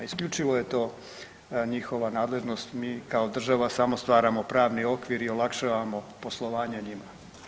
Isključivo je to njihova nadležnost, mi kao država samo stvaramo pravni okvir i olakšavamo poslovanje njima.